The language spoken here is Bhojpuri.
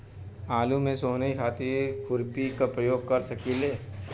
आलू में सोहनी खातिर खुरपी के प्रयोग कर सकीले?